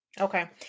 Okay